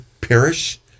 perish